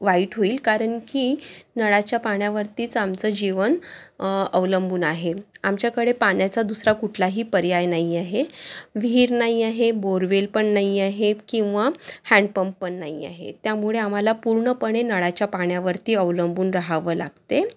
वाईट होईल कारण की नळाच्या पाण्यावरतीच आमचं जीवन अवलंबून आहे आमच्याकडे पाण्याचा दुसरा कुठलाही पर्याय नाही आहे विहीर नाही आहे बोरवेल पण नाही आहे किंवा हँडपंप पण नाही आहे त्यामुळे आम्हाला पूर्णपणे नळाच्या पाण्यावरती अवलंबून रहावं लागते